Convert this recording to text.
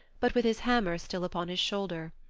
but with his hammer still upon his shoulder.